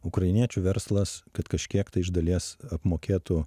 ukrainiečių verslas kad kažkiek tai iš dalies apmokėtų